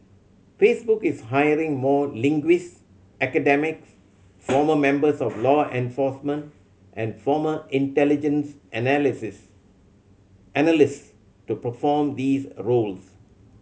Facebook is hiring more linguist academics former members of law enforcement and former intelligence analysis analyst to perform these roles